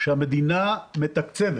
שהמדינה מתקצבת